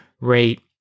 rate